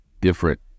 different